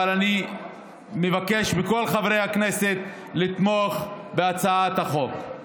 אבל אני מבקש מכל חברי הכנסת לתמוך בהצעת החוק.